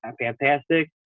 fantastic